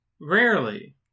Rarely